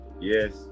Yes